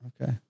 okay